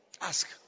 Ask